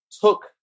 took